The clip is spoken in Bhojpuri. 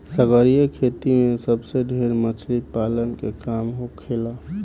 सागरीय खेती में सबसे ढेर मछली पालन के काम होखेला